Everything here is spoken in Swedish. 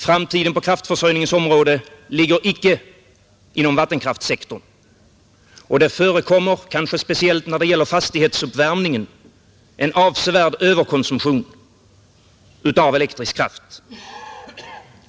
Framtiden på kraftförsörjningens område ligger icke inom vattenkraftssektorn, och det förekommer, kanske speciellt när det gäller fastighetsuppvärmningen, en avsevärd överkonsumtion av elektrisk kraft.